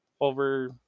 over